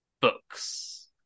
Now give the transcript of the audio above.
Books